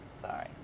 sorry